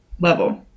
level